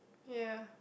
ya